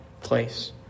place